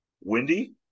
windy